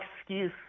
excuse